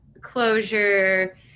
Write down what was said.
closure